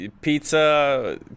pizza